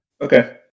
Okay